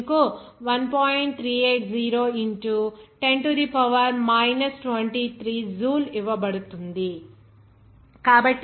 380 into 10 to the power minus 23 joule ఇవ్వబడుతుంది